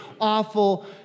awful